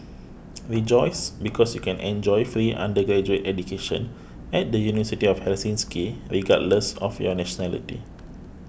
rejoice because you can enjoy free undergraduate education at the University of Helsinki regardless of your nationality